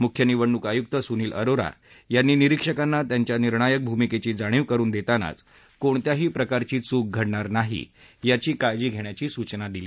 मुख्य निवडणूक आयुक्त सुनील अरोरा यांनी निरीक्षकांना त्यांच्या निर्णायक भूमिकेची जाणीव करुन देतानाच कोणत्याही प्रकारची चूक घडणार नाही याची काळजी घेण्याची सूचना दिली